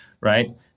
right